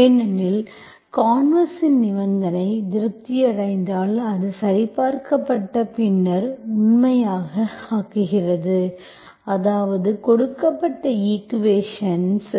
ஏனெனில் கான்வெர்ஸின் நிபந்தனை திருப்தி அடைந்தால் அது சரிபார்க்கப்பட்ட பின்னர் உண்மையாக ஆக்குகிறது அதாவது கொடுக்கப்பட்ட ஈக்குவேஷன்ஸ்